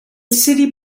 city